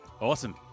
Awesome